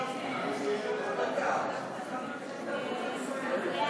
חוק לתיקון פקודת